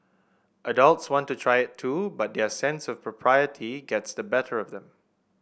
adults want to try it too but their sense of propriety gets the better of them